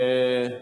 בבקשה.